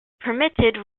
permitted